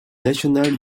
national